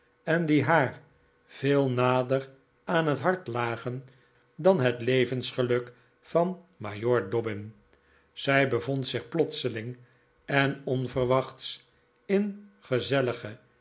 en die haar veel nader aan het hart lagen dan het levensgeluk van majoor dobbin zij bevond zich plotseling en onverwachts in gezellige